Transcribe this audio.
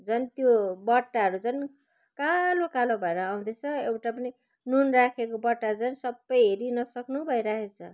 झन् त्यो बट्टाहरू झन् कालो कालो भएर आउँदैछ एउटा पनि नुन राखेको बट्टा झन् सबै हेरिनसक्नु भइरहेको छ